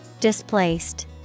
Displaced